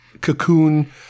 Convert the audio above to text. cocoon